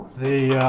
the